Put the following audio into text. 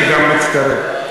שגם הצטרף.